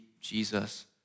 Jesus